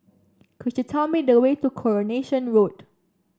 could you tell me the way to Coronation Road